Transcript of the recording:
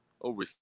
over